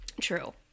True